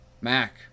Mac